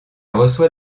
reçoit